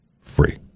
free